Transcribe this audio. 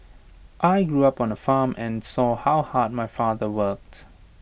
I grew up on A farm and saw how hard my father worked